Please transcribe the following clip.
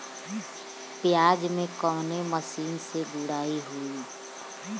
प्याज में कवने मशीन से गुड़ाई होई?